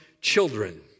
children